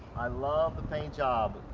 i love the paint job,